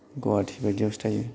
गुवाहाटि बायदियावसो थायो